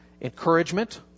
encouragement